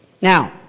Now